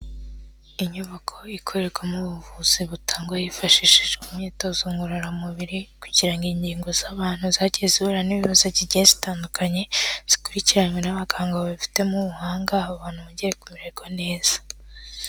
Inyubako ikorerwamo ubuvuzi butangwa hifashishijwe imyitozo ngororamubiri, kugira ngo ingingo z'abantu zagiye zihura n'ibibazo zigiye zitandukanye zikurikiranwe n'abaganga babifitemo ubuhanga aba bantu bongere kumererwa neza.